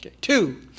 Two